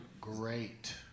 great